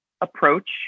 approach